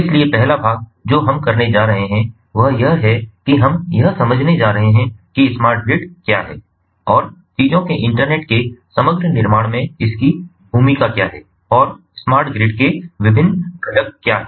इसलिए पहला भाग जो हम करने जा रहे हैं वह यह है कि हम यह समझने जा रहे हैं कि स्मार्ट ग्रिड क्या है और चीजों के इंटरनेट के समग्र निर्माण में इसकी भूमिका क्या है और स्मार्ट ग्रिड के विभिन्न घटक क्या हैं